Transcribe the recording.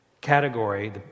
category